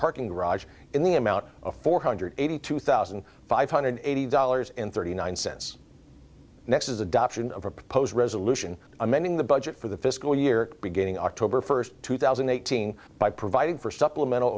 parking garage in the amount of four hundred eighty two thousand five hundred eighty dollars and thirty nine cents next is adoption of a proposed resolution amending the budget for the fiscal year beginning october first two thousand and eighteen by providing for supplemental